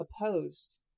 opposed